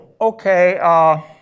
Okay